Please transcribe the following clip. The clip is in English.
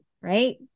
right